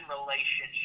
relationship